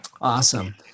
Awesome